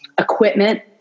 equipment